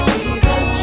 Jesus